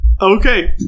okay